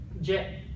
Jet